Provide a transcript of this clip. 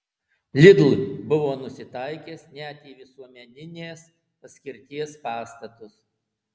lidl buvo nusitaikęs net į visuomeninės paskirties pastatus